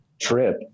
trip